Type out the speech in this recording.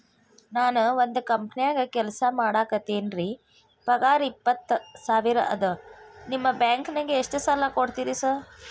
ನಾನ ಒಂದ್ ಕಂಪನ್ಯಾಗ ಕೆಲ್ಸ ಮಾಡಾಕತೇನಿರಿ ಪಗಾರ ಇಪ್ಪತ್ತ ಸಾವಿರ ಅದಾ ನಿಮ್ಮ ಬ್ಯಾಂಕಿನಾಗ ಎಷ್ಟ ಸಾಲ ಕೊಡ್ತೇರಿ ಸಾರ್?